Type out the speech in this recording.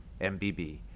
mbb